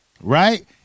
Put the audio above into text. Right